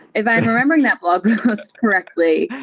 if i'm remembering that blog post correctly,